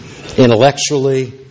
intellectually